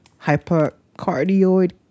hypercardioid